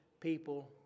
people